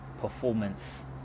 performance